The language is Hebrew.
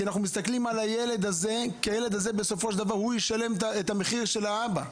כי הילד הזה בסופו של דבר ישלם את המחיר של האבא.